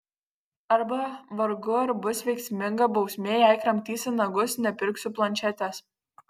arba vargu ar bus veiksminga bausmė jei kramtysi nagus nepirksiu planšetės